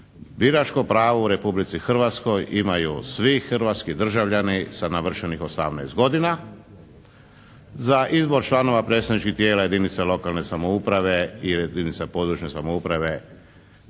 Biračko pravo u Republici Hrvatskoj imaju svi hrvatski državljani sa navršenih 18 godina. Za izbor članova predstavničkih tijela jedinica lokalne samouprave i jedinica područne samouprave